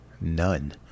None